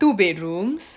two bedrooms